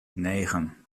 negen